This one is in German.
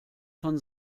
von